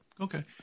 Okay